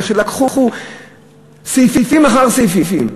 איך לקחו סעיפים אחר סעיפים,